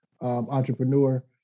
entrepreneur